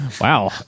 wow